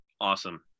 Awesome